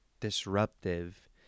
disruptive